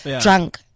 Drunk